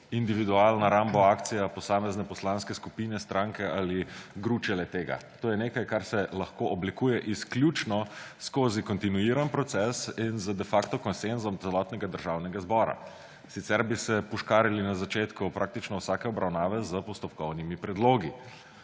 individualna rambo akcija posamezne poslanske skupine, stranke ali gruče le-tega. To je nekaj, kar se lahko oblikuje izključno skozi kontinuiran proces in z de facto konsenzom celotnega Državnega zbora. Sicer bi se puškarili na začetku praktično vsake obravnave s postopkovnimi predlogi.